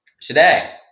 today